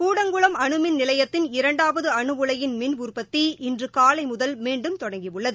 கூடங்குளம் அனுமின் நிலையத்தின் இரண்டாவது அனு உலையின் மின் உற்பத்தி இன்று காலை முதல் மீண்டும் தொடங்கியுள்ளது